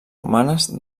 romanes